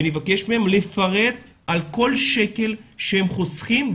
ונבקש מהם לפרט על כל שקל שהם חוסכים,